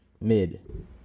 mid